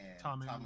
Tommy